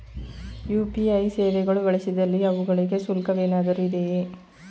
UPI ಸೇವೆಗಳು ಬಳಸಿದಲ್ಲಿ ಅವುಗಳಿಗೆ ಶುಲ್ಕವೇನಾದರೂ ಇದೆಯೇ?